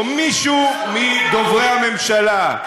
או מישהו מדוברי הממשלה,